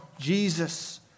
Jesus